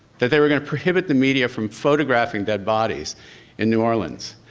that they were gonna prohibit the media from photographing dead bodies in new orleans.